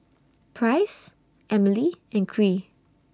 Price Emilee and Kyree